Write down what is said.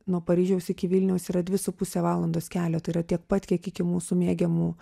nuo paryžiaus iki vilniaus yra dvi su puse valandos kelio tai yra tiek pat kiek iki mūsų mėgiamų